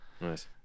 Nice